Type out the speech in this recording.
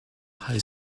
high